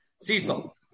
Cecil